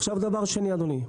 דבר שני, אדוני,